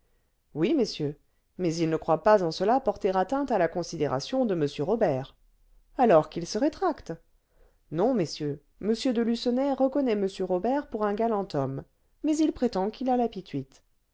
oui messieurs mais il ne croit pas en cela porter atteinte à la considération de m robert alors qu'il se rétracte non messieurs m de lucenay reconnaît m robert pour un galant homme mais il prétend qu'il a